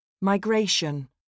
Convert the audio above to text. Migration